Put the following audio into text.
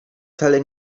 wcale